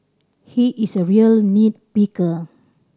he is a real nit picker